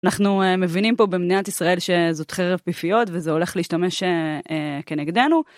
אנחנו מבינים פה במדינת ישראל שזאת חרב פיפיות וזה הולך להשתמש כנגדנו.